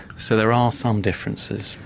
so there are some differences.